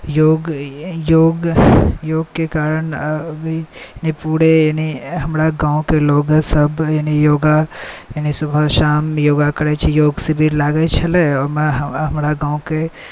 योग योग योगके कारण अभी पूरे यानी हमरा गामके लोकसब यानी योगा यानी सुबह शाम योगा करै छी योग शिविर लागै छलै ओहिमे हमरा हमरा गामके